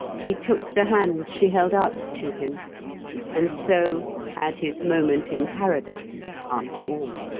he took the hand she held out to him and so had his moment in paradise after all.